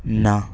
ના